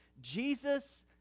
Jesus